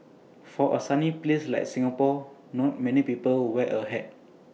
for A sunny place like Singapore not many people wear A hat